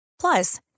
Plus